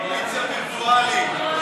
הצעת סיעת יש